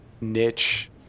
niche